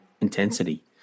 intensity